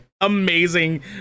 amazing